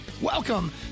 Welcome